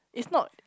it's not